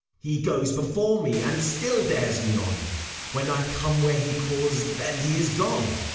he goes before me, and still dares me on when i come where he calls, then he is gone.